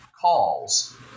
calls